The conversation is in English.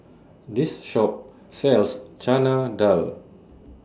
This Shop sells Chana Dal